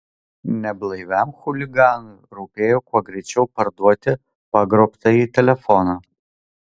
neblaiviam chuliganui rūpėjo kuo greičiau parduoti pagrobtąjį telefoną